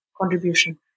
contribution